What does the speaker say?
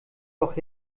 doch